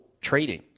trading